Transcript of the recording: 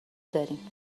داریم